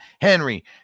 Henry